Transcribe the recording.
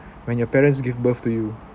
when your parents give birth to you